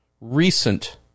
recent